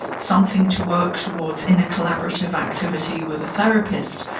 something to work towards in a collaborative activity with a therapist.